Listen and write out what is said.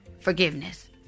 forgiveness